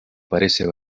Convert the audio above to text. parece